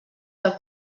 del